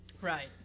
Right